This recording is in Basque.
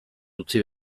utzi